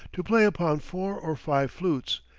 to play upon four or five flutes,